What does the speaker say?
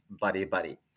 buddy-buddy